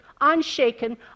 Unshaken